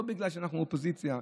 לא בגלל שאנחנו אופוזיציה,